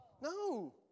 No